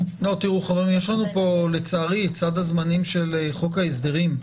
-- יש לנו פה לצערי סד הזמנים של חוק ההסדרים.